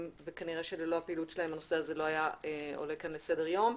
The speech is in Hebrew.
כנראה שללא הפעילות שלהם הנושא לא היה עולה לסדר היום.